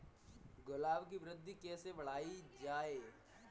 गुलाब की वृद्धि कैसे बढ़ाई जाए?